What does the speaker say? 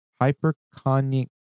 hyperconic